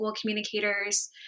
communicators